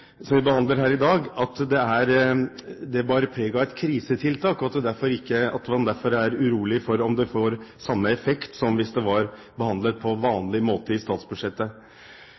som vi behandler her i dag, at det bærer preg av et krisetiltak, og at man derfor er urolig for om det får samme effekt som om det hadde blitt behandlet på vanlig måte i statsbudsjettet.